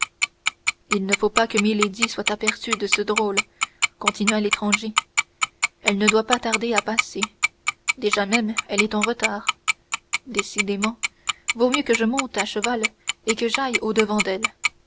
il ne faut pas que milady soit aperçue de ce drôle continua l'étranger elle ne doit pas tarder à passer déjà même elle est en retard décidément mieux vaut que je monte à cheval et que j'aille au-devant d'elle